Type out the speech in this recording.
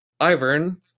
Ivern